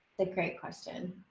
the great question.